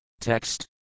Text